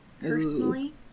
personally